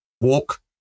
walk